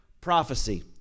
prophecy